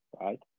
right